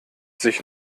sich